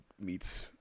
meets